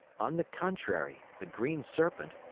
on the contrary, the green serpent,